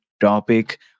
topic